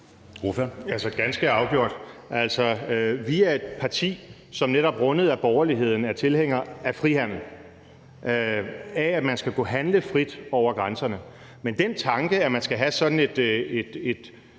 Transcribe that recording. Ja, så ganske afgjort. Altså, vi er et parti, som netop rundet af borgerligheden er tilhængere af frihandel og af, at man skal kunne handle frit over grænserne. Men det handler om den tanke, at man skal have sådan et